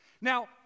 Now